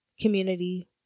Community